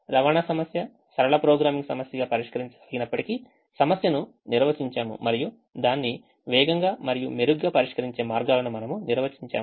రవాణా సమస్య సరళ ప్రోగ్రామింగ్ సమస్యగా పరిష్కరించగలిగినప్పటికీ సమస్యను నిర్వచించాము మరియు దాన్ని వేగంగా మరియు మెరుగ్గా పరిష్కరించే మార్గాలను మనము నిర్వచించాము